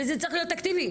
וזה צריך להיות אקטיבי,